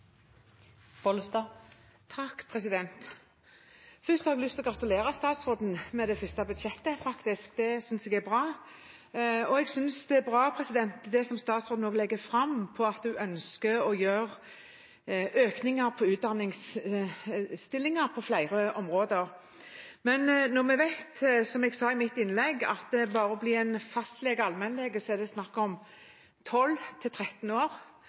bra. Jeg synes også det er bra, det som statsråden legger fram om at hun ønsker å gjøre økninger i utdanningsstillinger på flere områder. Men som jeg sa i mitt innlegg: Når vi vet at bare for å bli fastlege/allmennlege er det snakk om 12–13 år, for å bli en av grunnlegene på en intensivavdeling er det også 12–13 år, og for å bli spesialsykepleier er det sju år,